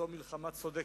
זו מלחמה צודקת.